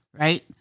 right